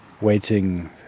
waiting